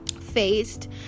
faced